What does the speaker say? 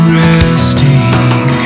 resting